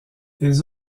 les